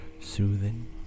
soothing